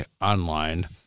online